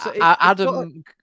Adam